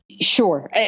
Sure